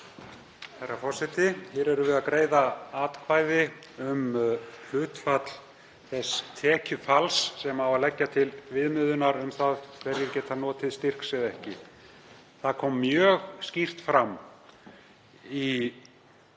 Herra forseti. Hér erum við að greiða atkvæði um hlutfall þess tekjufalls sem á að leggja til viðmiðunar um það hverjir geta notið styrks eða ekki. Það kom mjög skýrt fram í nánast